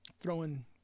throwing